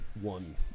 one